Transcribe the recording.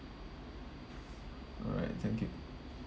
alright thank you